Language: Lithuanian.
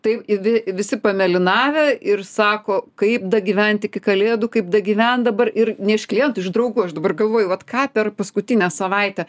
tai vi visi pamėlynavę ir sako kaip dagyvent iki kalėdų kaip dagyvent dabar ir ne iš klientų iš draugų aš dabar galvoju vat ką per paskutinę savaitę